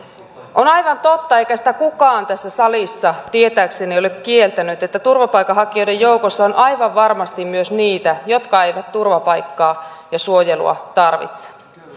on aivan totta eikä sitä kukaan tässä salissa tietääkseni ole kieltänyt että turvapaikanhakijoiden joukossa on aivan varmasti myös niitä jotka eivät turvapaikkaa ja suojelua tarvitse